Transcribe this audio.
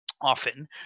often